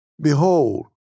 Behold